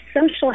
social